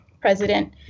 President